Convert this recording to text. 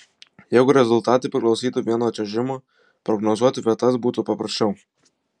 jeigu rezultatai priklausytų vien nuo čiuožimo prognozuoti vietas būtų paprasčiau